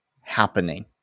happening